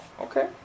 okay